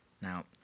Now